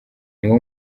niwo